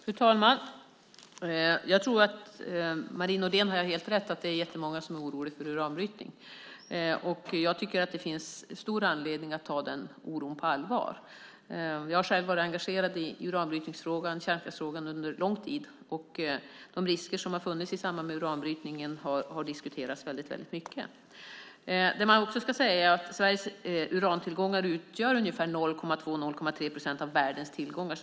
Fru talman! Jag tror att Marie Nordén har helt rätt; det är jättemånga som är oroliga för uranbrytning. Jag tycker att det finns stor anledning att ta den oron på allvar. Jag har själv varit engagerad i uranbrytningsfrågan och kärnkraftsfrågan under lång tid. De risker som har funnits i samband med uranbrytningen har diskuterats mycket. Sveriges urantillgångar utgör ungefär 0,2-0,3 procent av världens tillgångar.